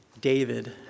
David